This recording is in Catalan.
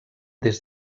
des